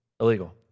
Illegal